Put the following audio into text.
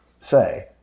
say